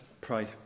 pray